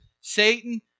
Satan